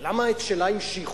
ולמה את שלה המשיכו?